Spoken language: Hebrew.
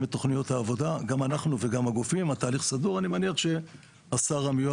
לגבי השר אין.